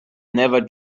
never